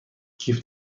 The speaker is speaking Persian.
کیف